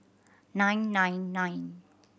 nine nine nine